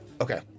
Okay